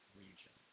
region